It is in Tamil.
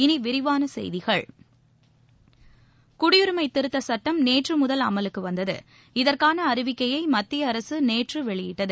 இனி விரிவான செய்திகள் குடியுரிமை திருத்த சட்டம் நேற்று முதல் அமலுக்கு வந்தது இதற்கான அறிவிக்கையை மத்திய அரசு நேற்று வெளியிட்டது